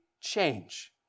change